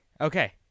Okay